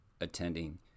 attending